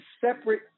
separate